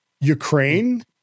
Ukraine